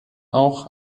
auch